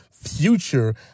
future